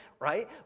right